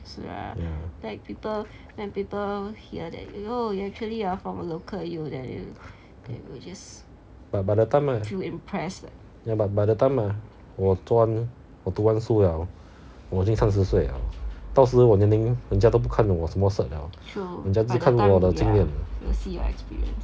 ya but by the time right ya but by the time 我赚我读完书了我已经三十岁了到时我年龄人家已经不看我什么 cert 了人家只看我的经验